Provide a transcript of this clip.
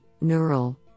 Neural